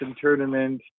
tournament